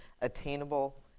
attainable